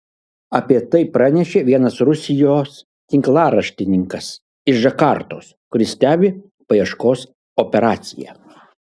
apie tai pranešė vienas rusijos tinklaraštininkas iš džakartos kuris stebi paieškos operaciją